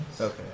Okay